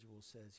says